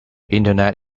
internet